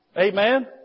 Amen